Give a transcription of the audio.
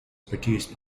produced